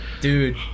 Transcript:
Dude